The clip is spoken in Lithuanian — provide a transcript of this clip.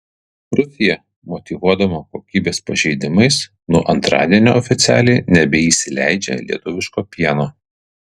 rusija motyvuodama kokybės pažeidimais nuo antradienio oficialiai nebeįsileidžia lietuviško pieno